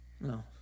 No